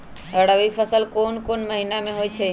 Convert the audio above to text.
रबी फसल कोंन कोंन महिना में होइ छइ?